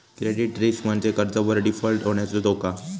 credit risk म्हणजे कर्जावर default होण्याचो धोका